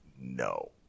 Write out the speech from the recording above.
No